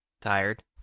Tired